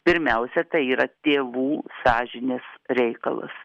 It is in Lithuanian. pirmiausia tai yra tėvų sąžinės reikalas